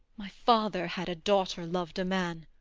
my father had a daughter lov'd a man,